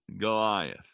Goliath